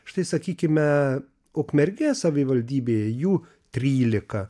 štai sakykime ukmergės savivaldybėje jų trylika